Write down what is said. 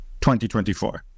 2024